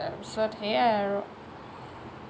তাৰ পিছত সেয়াই আৰু